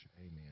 Amen